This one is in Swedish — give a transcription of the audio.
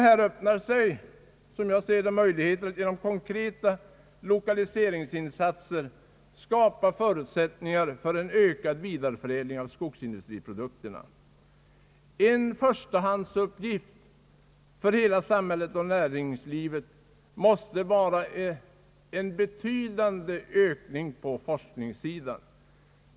Här öppnar sig, som jag ser det, möjligheter att genom konkreta lokaliseringsinsatser skapa förutsättningar för en ökad vidareförädling av skogsindustriprodukterna. En = förstahandsuppgift för hela samhället och näringslivet är en betydande satsning på forskningssidan.